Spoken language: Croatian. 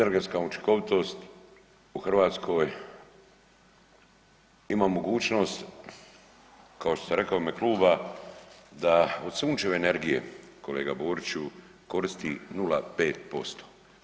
Energetska učinkovitost u Hrvatskoj ima mogućnost kao što sam rekao u ime kluba da od sunčeve energije kolega Boriću koristi 0,5%